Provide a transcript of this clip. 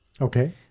Okay